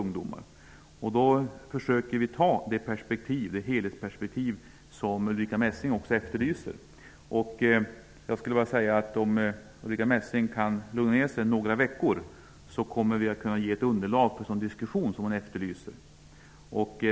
Vi försöker att anlägga det helhetsperspektiv som Ulrica Messing efterlyser. Ulrica Messing kommer om några veckor att genom oss kunna få det diskussionsunderlag som hon efterlyser.